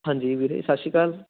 ਹਾਂਜੀ ਵੀਰੇ ਸਤਿ ਸ਼੍ਰੀ ਅਕਾਲ